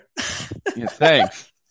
thanks